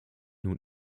nun